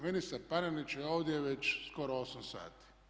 Ministar Panenić je ovdje već skoro 8 sati.